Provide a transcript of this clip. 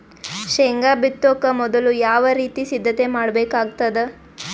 ಶೇಂಗಾ ಬಿತ್ತೊಕ ಮೊದಲು ಯಾವ ರೀತಿ ಸಿದ್ಧತೆ ಮಾಡ್ಬೇಕಾಗತದ?